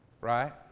right